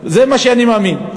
זה מה שאני מאמין.